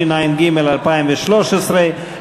התשע"ג 2013,